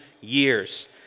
years